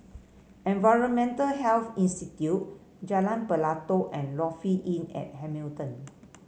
Environmental Health Institute Jalan Pelatok and Lofi Inn at Hamilton